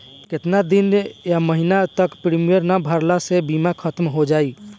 केतना दिन या महीना तक प्रीमियम ना भरला से बीमा ख़तम हो जायी?